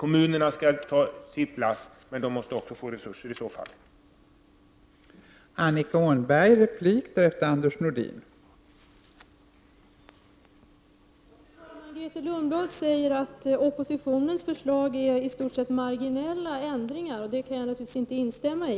Kommunerna måste naturligtvis bära sitt lass, men de måste också få resurser för att kunna